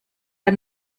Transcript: der